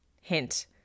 Hint